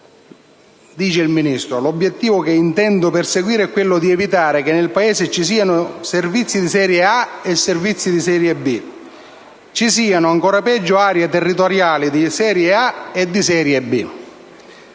l'8a Commissione: «L'obiettivo che intendo perseguire è quello di evitare che nel Paese ci siano servizi di serie A e di serie B, ci siano, ancora peggio, aree territoriali di serie A e di serie B».